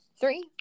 Three